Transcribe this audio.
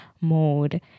mode